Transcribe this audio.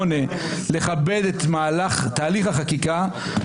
סטלין, זה גם האימא של סטלין.